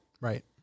Right